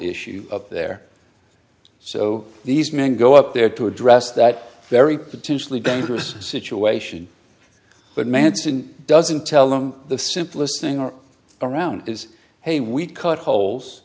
issue up there so these men go up there to address that very potentially dangerous situation but manson doesn't tell them the simplest thing are around is hey we cut holes